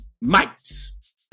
Mites